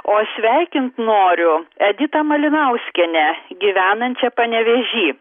o sveikint noriu editą malinauskienę gyvenančią panevėžy